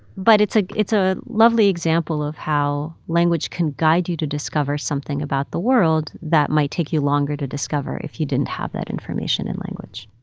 but it's ah it's a lovely example of how language can guide you to discover something about the world that might take you longer to discover if you didn't have that information in language